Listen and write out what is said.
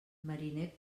mariner